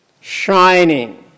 shining